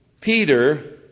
Peter